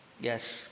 Yes